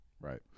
Right